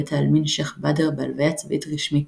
בבית העלמין שייח' באדר בהלוויה צבאית רשמית,